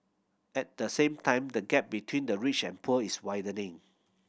at the same time the gap between the rich and poor is widening